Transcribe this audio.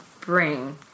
bring